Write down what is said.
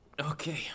Okay